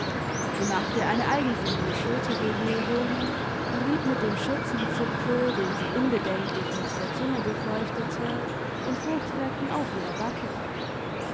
sie machte eine eigensinnige schulterbewegung und rieb mit dem schürzenzipfel den sie unbedenklich mit der zunge befeuchtete den fruchtflecken auf ihrer backe